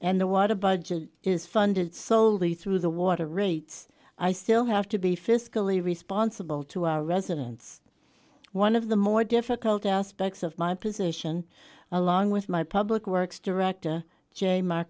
and the watt a budget is funded soley through the water rates i still have to be fiscally responsible to our residents one of the more difficult aspects of my position along with my public works director j